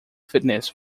fitness